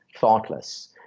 thoughtless